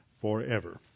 forever